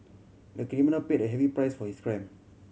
the criminal paid a heavy price for his crime